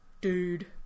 dude